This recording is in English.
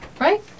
right